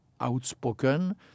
outspoken